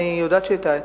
אני יודעת שהיא היתה אצלי.